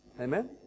Amen